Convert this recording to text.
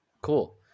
cool